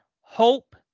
hope